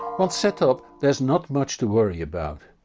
once set-up there is not much to worry about.